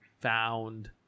found